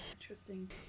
Interesting